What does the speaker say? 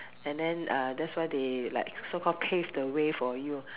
and then uh that's why they like so call pave the way for you